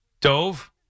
Dove